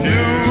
New